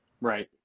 right